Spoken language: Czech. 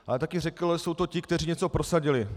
Ale taky řekl, že jsou to ti, kteří něco prosadili.